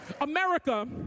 America